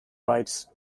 rights